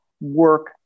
work